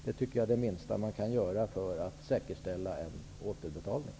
Det tycker jag är det minsta man kan göra för att säkerställa en återbetalning.